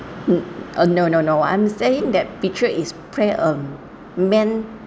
no no no I'm saying that picture is play a main